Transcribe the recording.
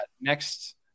next